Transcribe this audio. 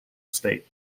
estate